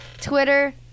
Twitter